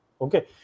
Okay